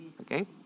okay